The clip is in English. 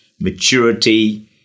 maturity